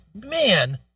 man